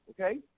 Okay